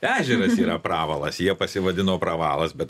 ežeras yra pravalas jie pasivadino pravalas bet